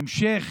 המשך